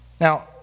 Now